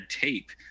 tape